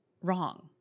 wrong